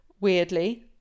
weirdly